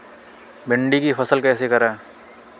भिंडी की फसल कैसे करें?